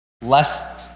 less